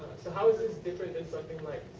ah is this different then something like